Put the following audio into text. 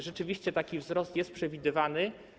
Rzeczywiście, taki wzrost jest przewidywany.